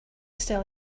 still